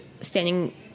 standing